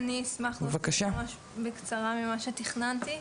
אשמח לומר משהו קצר ממה שתכננתי.